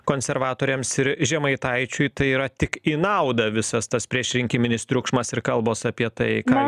konservatoriams ir žemaitaičiui tai yra tik į naudą visas tas priešrinkiminis triukšmas ir kalbos apie tai ką